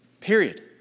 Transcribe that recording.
Period